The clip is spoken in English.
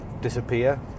disappear